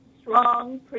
strong